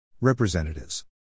Representatives